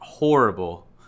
Horrible